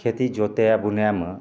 खेती जोतै बुनैमे